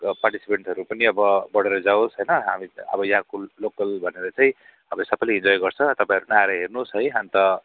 पार्टिसिपेटहरू पुनि अब बढेर जाओस् होइन हामी त अब यहाँको लोकल भनेर चाहिँ अब सबैले इन्जोय गर्छ तपाईँहरू पनि आएर हेर्नुहोस् है अन्त